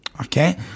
okay